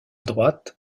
droite